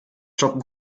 shoppen